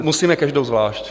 Musíme každou zvlášť.